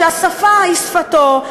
שהשפה היא שפתו,